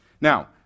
Now